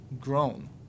grown